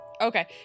Okay